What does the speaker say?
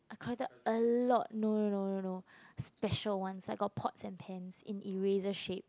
I collected a lot no no no no no special one I got pork and paint in eraser shape